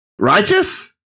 righteous